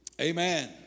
amen